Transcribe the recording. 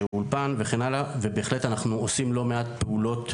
והרבה מאוד פרויקטים,